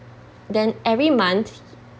then every month